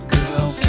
Girl